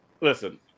Listen